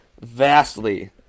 vastly